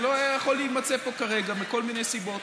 שלא היה יכול להימצא פה כרגע מכל מיני סיבות.